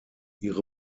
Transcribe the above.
ihre